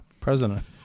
President